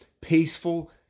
peaceful